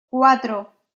cuatro